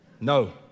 no